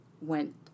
went